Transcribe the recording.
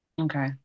Okay